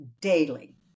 daily